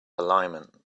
alignment